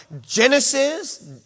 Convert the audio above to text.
Genesis